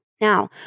Now